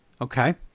okay